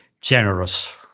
generous